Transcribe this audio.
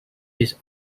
his